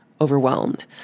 overwhelmed